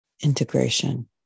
Integration